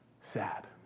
sad